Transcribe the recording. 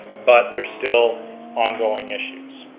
but there's still ongoing issues.